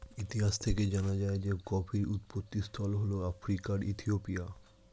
ইতিহাস থেকে জানা যায় যে কফির উৎপত্তিস্থল হল আফ্রিকার ইথিওপিয়া